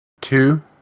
Two